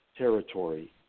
Territory